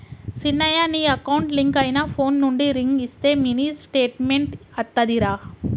సిన్నయ నీ account link అయిన ఫోన్ నుండి రింగ్ ఇస్తే మినీ స్టేట్మెంట్ అత్తాదిరా